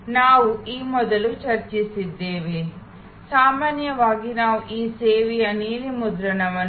ನಾವು ಈ ಮೊದಲು ಚರ್ಚಿಸಿದ್ದೇವೆ ಸಾಮಾನ್ಯವಾಗಿ ನಾವು ಈ ಸೇವೆಯ ನೀಲಿ ನಕ್ಷೆಯನ್ನು